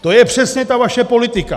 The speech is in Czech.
To je přesně ta vaše politika.